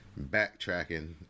backtracking